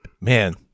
Man